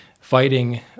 fighting